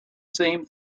same